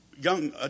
young